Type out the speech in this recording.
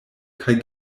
kaj